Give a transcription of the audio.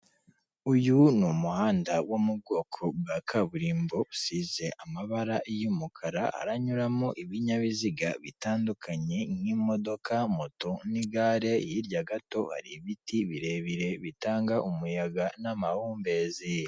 Uyu muhanda wo mu bwoko bwa kaburimbo usize amabara y'umukara aranyuramo ibinyabiziga bitandukanye nk'imodoka, moto, n'igare. Hirya gato hari ibiti birebire bitanga umuyaga n'amahumbezi.